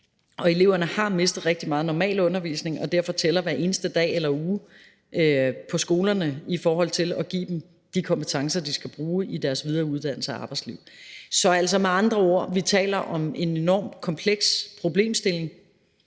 Eleverne har mistet rigtig meget normal undervisning, og derfor tæller hver eneste dag eller uge på skolerne i forhold til at give dem de kompetencer, de skal bruge i deres videre uddannelse og arbejdsliv. Vi taler med andre ord om en enormt kompleks problemstilling,